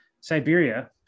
Siberia